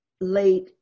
late